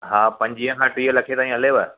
हा पंजुवीह खां टीह लख ताईं हलेव